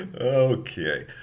Okay